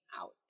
out